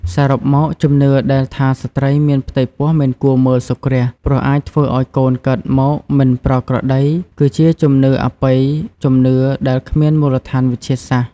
សរុបមក ជំនឿដែលថាស្ត្រីមានផ្ទៃពោះមិនគួរមើលសូរ្យគ្រាស ព្រោះអាចធ្វើឲ្យកូនកើតមកមិនប្រក្រតី គឺជាជំនឿអបិយជំនឿដែលគ្មានមូលដ្ឋានវិទ្យាសាស្ត្រ ។